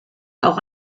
auch